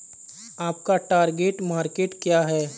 आपका target market क्या है?